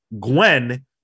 Gwen